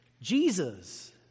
Jesus